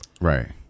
Right